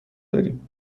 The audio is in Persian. داریم